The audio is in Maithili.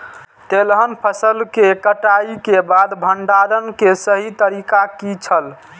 तेलहन फसल के कटाई के बाद भंडारण के सही तरीका की छल?